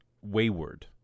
wayward